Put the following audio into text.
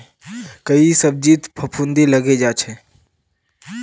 कई सब्जित फफूंदी लगे जा छे